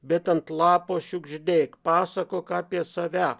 bet ant lapo šiugždėk pasakok apie save